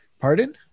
Pardon